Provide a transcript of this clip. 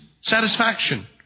satisfaction